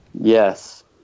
Yes